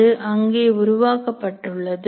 அது அங்கே உருவாக்கப்பட்டுள்ளது